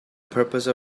purpose